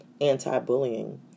anti-bullying